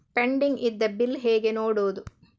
Pending ಇದ್ದ bill ಹೇಗೆ ನೋಡುವುದು?